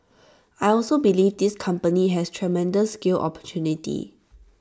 I also believe this company has tremendous scale opportunity